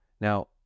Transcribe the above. Now